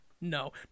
No